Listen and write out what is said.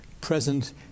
present